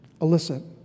Alyssa